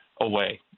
away